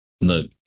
look